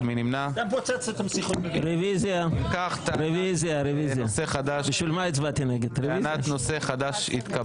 אם כך, טענת נושא חדש התקבלה.